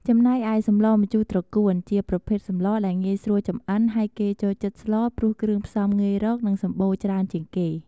ចំំណែកឯសម្លម្ជូរត្រកួនជាប្រភេទសម្លដែលងាយស្រួលចម្អិនហើយគេចូលចិត្តស្លព្រោះគ្រឿងផ្សំងាយរកនិងសំបូរច្រើនជាងគេ។